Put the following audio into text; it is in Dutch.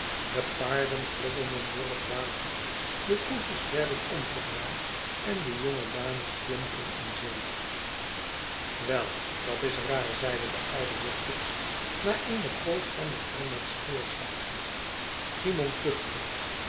de paarden flodderden door het water de koetsjes werden omgedraaid en de jonge dames plompten in zee wel dat is raarl zeide de oude heer tuggs na eene poos van bedremmeld stilzwijgen cymon